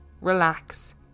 relax